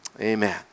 Amen